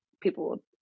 people